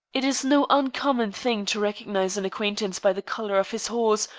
it is no uncommon thing to recognize an acquaintance by the color of his horse,